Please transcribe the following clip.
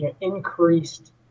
increased